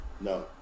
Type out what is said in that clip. No